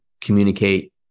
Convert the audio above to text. communicate